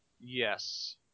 Yes